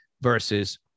versus